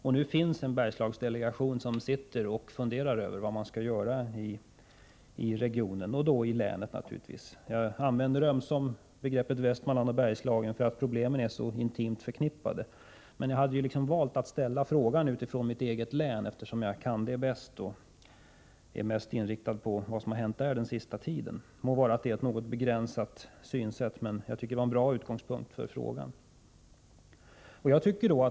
Det finns en Bergslagsdelegation som sitter och funderar över vad man skall göra i regionen och i länet. Jag använder ömsom begreppet Västmanland, ömsom begreppet Bergslagen, eftersom problemen är så intimt förknippade med varandra. Jag har emellertid valt att ställa frågan med tanke på mitt eget län, eftersom jag kan detta bäst och är mest inriktad på vad som har hänt där den senaste tiden — låt vara att detta är ett något begränsat synsätt, men det var en bra utgångspunkt för frågan.